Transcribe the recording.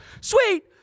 Sweet